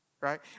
right